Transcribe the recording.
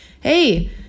hey